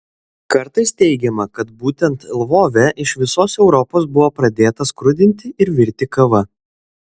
kartais teigiama kad būtent lvove iš visos europos buvo pradėta skrudinti ir virti kava